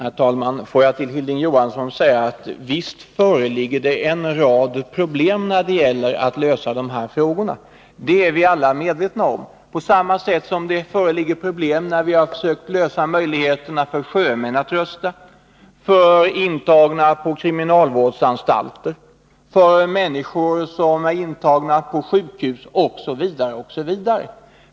Herr talman! Låt mig till Hilding Johansson säga: Visst föreligger det problem när det gäller att lösa de här frågorna. Det är vi alla medvetna om — på samma sätt som det föreligger problem att lösa möjligheterna för sjömän att rösta, för intagna på kriminalvårdsanstalter, för människor på sjukhus osv.